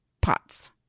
pots